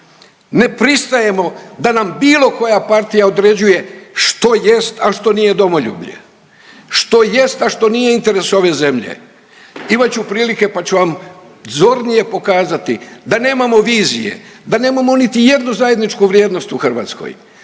Ne pristajemo da nam bilo koja partija određuje što jest, a što nije domoljublje, što jest, a što nije interes ove zemlje, imat ću prilike, pa ću vam zornije pokazati da nemamo vizije, da nemamo niti jednu zajedničku vrijednost u Hrvatskoj.